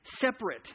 separate